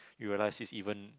you realizes even